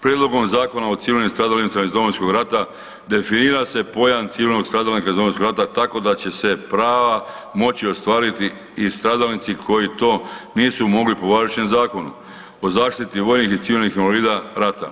Prijedlogom zakona o civilnim stradalnicima iz Domovinskog rata definira se pojam civilnog stradalnika iz Domovinskog rata tako da će se prava moći ostvariti i stradalnici koji to nisu mogli po važećem Zakonu o zaštiti vojnih i civilnih invalida rata.